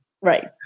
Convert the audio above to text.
Right